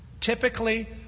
Typically